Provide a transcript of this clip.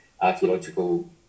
archaeological